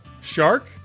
shark